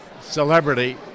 celebrity